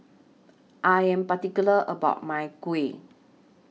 I Am particular about My Kuih